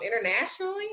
internationally